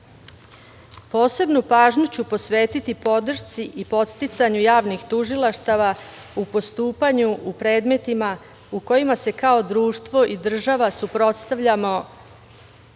pažnju ću posvetiti podršci i podsticanju javnih tužilaštava u postupanju u predmetima u kojima se kao društvo i država suprotstavljamo